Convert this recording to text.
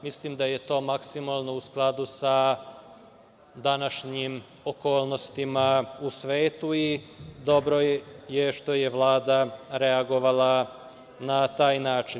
Mislim da je to maksimalno u skladu sa današnjim okolnostima u svetu i dobro je što je Vlada reagovala na taj način.